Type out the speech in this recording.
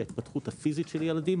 ההתפתחות הפיזית של הילדים,